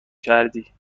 کردی